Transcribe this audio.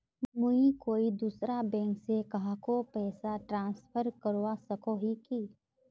मुई कोई दूसरा बैंक से कहाको पैसा ट्रांसफर करवा सको ही कि?